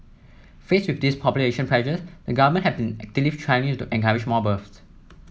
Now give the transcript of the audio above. faced with these population pressures the Government has been actively trying to encourage more births